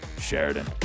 Sheridan